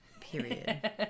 Period